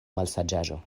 malsaĝaĵo